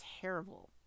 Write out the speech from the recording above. terrible